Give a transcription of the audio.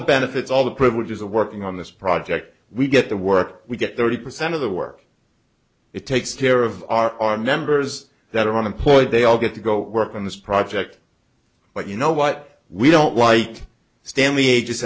the benefits all the privileges of working on this project we get the work we get thirty percent of the work it takes care of our members that are unemployed they all get to go work on this project but you know what we don't like stanley a